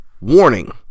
Warning